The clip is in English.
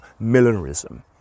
millenarism